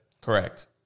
Correct